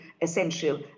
essential